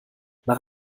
nach